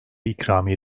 ikramiye